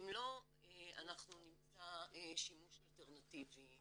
אם לא, אנחנו נמצא שימוש אלטרנטיבי לתקציב.